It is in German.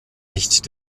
nicht